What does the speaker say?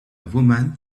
woman